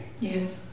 Yes